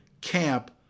camp